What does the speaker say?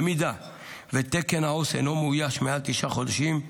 במידה ותקן העו"ס אינו מאויש מעל תשעה חודשים,